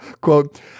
Quote